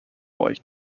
white